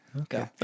Okay